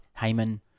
Heyman